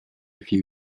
few